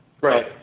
Right